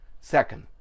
Second